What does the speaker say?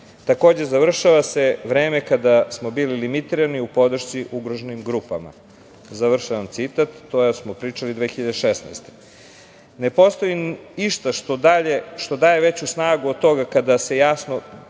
Takođe, završava se vreme kada smo bili limitirani u podršci ugroženim grupama". To smo pričali 2016. godine. Ne postoji išta što daje veću snagu od toga kada se jasno